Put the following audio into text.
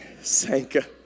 Sanka